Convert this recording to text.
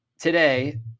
today